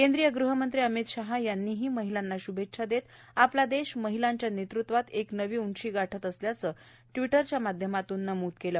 केंद्रीय गृह मंत्री अमित शहा यांनीही महिलांना श्भेच्छा देत आपला देश महिलांच्या नेतृत्वात एक नवी उंची गाठत असल्याचे ट्वी च्या माध्यमातून नमूद केले